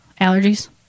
allergies